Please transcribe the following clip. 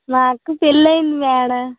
మా అక్క పెళ్ళి అయ్యింది మేడం